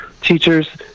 Teachers